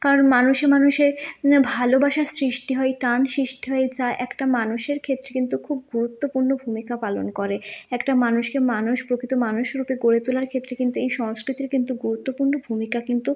কারণ মানুষে মানুষে ভালোবাসার সৃষ্টি হয় টান সৃষ্টি হয় যা একটা মানুষের ক্ষেত্রে কিন্তু গুরুত্বপুর্ণ ভূমিকা পালন করে একটা মানুষকে মানুষ প্রকিত মানুষ রূপে গড়ে তোলার ক্ষেত্রে কিন্তু এই সংস্কৃতির কিন্তু গুরুত্বপূর্ণ ভূমিকা কিন্তু